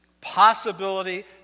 possibility